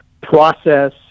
process